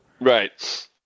Right